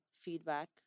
feedback